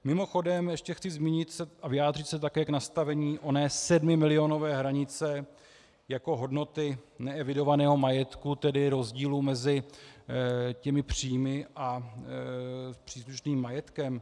Mimochodem, ještě chci zmínit a vyjádřit se také k nastavení oné sedmimilionové hranice jako hodnoty neevidovaného majetku, tedy rozdílu mezi příjmy a příslušným majetkem.